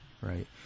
right